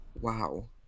Wow